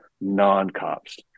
non-cops